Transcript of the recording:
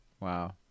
Wow